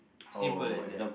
simple as that